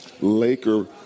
Laker